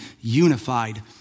unified